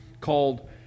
called